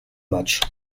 matchs